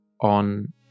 on